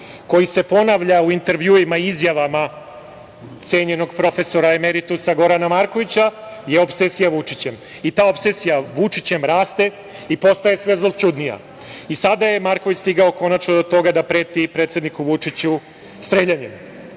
koji se ponavlja u intervjuima i izjavama cenjenog profesora emeritusa Gorana Markovića je opsesija Vučićem. I ta opsesija Vučićem raste i postaje sve zloćudnija. Sada je Marković stigao konačno do toga da preti predsedniku Vučiću streljanjem